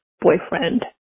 boyfriend